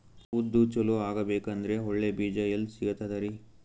ಉದ್ದು ಚಲೋ ಆಗಬೇಕಂದ್ರೆ ಒಳ್ಳೆ ಬೀಜ ಎಲ್ ಸಿಗತದರೀ?